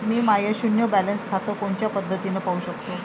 मी माय शुन्य बॅलन्स खातं कोनच्या पद्धतीनं पाहू शकतो?